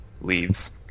Leaves